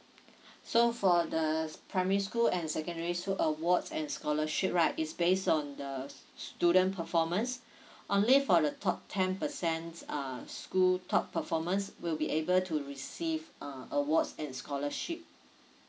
so for the s~ primary school and secondary school awards and scholarship right is based on the student performance only for the top ten percent uh school top performers will be able to receive uh awards and scholarship